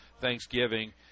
Thanksgiving